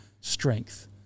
strength